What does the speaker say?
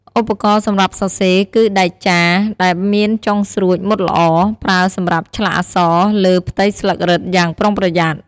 ឧបករណ៍សម្រាប់សរសេរ គឺដែកចារ ដែលមានចុងស្រួចមុតល្អ ប្រើសម្រាប់ឆ្លាក់អក្សរលើផ្ទៃស្លឹករឹតយ៉ាងប្រុងប្រយ័ត្ន។